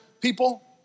people